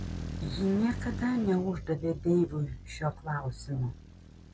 ji niekada neuždavė deivui šio klausimo